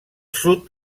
sud